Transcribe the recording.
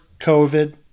COVID